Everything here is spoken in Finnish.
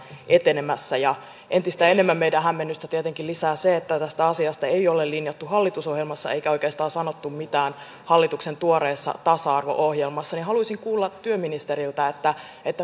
etenemässä ja entistä enemmän meidän hämmennystämme tietenkin lisää se että tästä asiasta ei ole linjattu hallitusohjelmassa eikä oikeastaan sanottu mitään hallituksen tuoreessa tasa arvo ohjelmassa haluaisin kuulla työministeriltä